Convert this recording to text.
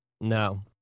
No